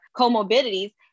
comorbidities